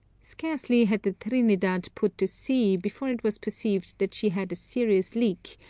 scarcely had the trinidad put to sea before it was perceived that she had a serious leak,